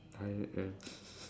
I M